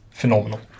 Phenomenal